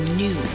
new